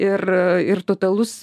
ir ir totalus